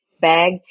bag